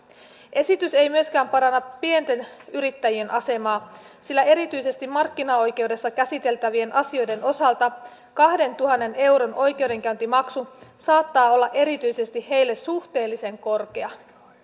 esitys ei myöskään paranna pienten yrittäjien asemaa sillä erityisesti markkinaoikeudessa käsiteltävien asioiden osalta kahdentuhannen euron oikeudenkäyntimaksu saattaa olla erityisesti heille suhteellisen korkea